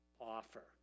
offer